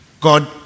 God